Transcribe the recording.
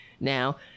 Now